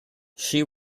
she